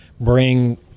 bring